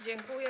Dziękuję.